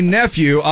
nephew